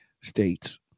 states